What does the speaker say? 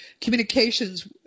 communications